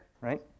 right